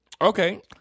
okay